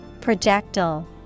Projectile